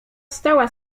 stała